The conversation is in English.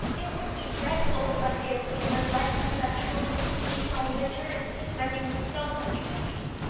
it would be dreadful if i failed to get my license after going to queen's all winter and spending so much money.